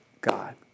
God